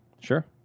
Sure